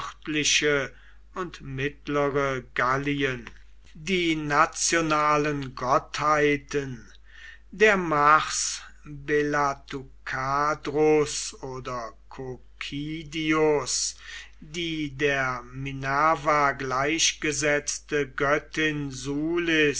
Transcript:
und mittlere gallien die nationalen gottheiten der mars belatucadrus oder cocidius die der minerva gleichgesetzte göttin